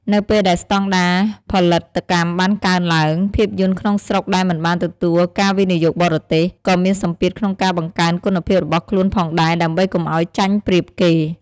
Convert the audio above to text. នៅពេលដែលស្តង់ដារផលិតកម្មបានកើនឡើង ភាពយន្តក្នុងស្រុកដែលមិនបានទទួលការវិនិយោគបរទេស ក៏មានសម្ពាធក្នុងការបង្កើនគុណភាពរបស់ខ្លួនផងដែរ ដើម្បីកុំឱ្យចាញ់ប្រៀបគេ។